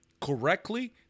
correctly